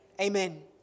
Amen